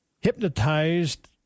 hypnotized